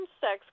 Sex